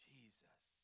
Jesus